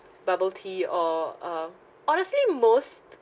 bubble tea or a honestly most